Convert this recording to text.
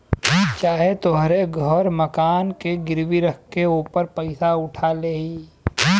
चाहे तोहरे घर मकान के गिरवी रख के ओपर पइसा उठा लेई